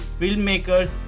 filmmakers